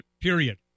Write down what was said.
Period